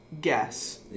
guess